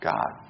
God